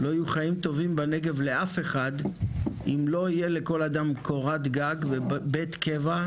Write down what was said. לא יהיו חיים טובים בנגב לאף אחד אם לא יהיה לכל אדם קורת גג ובית קבע,